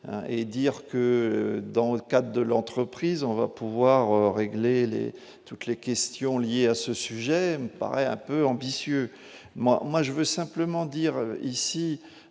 et dire que dans le cas de l'entreprise, on va pouvoir régler les toutes les questions liées à ce sujet me paraît un peu ambitieux, moi, moi, je veux simplement dire ici